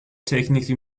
technically